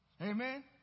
Amen